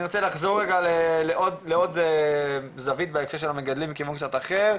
אני רוצה לחזור רגע לעוד זווית בהקשר של המגדלים מכיוון קצת אחר.